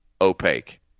opaque